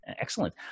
excellent